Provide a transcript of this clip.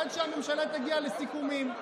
עד שהממשלה תגיע לסיכומים.